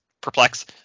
perplex